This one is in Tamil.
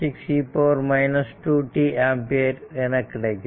6 e 2 t ஆம்பியர் என கிடைக்கும்